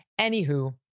Anywho